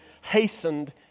hastened